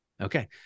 Okay